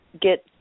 get